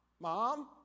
Mom